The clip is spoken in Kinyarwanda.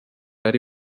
ari